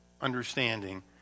understanding